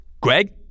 greg